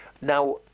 Now